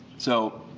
so,